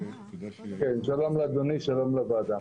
שלום לאדוני, שלום לוועדה.